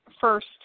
first